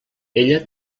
ella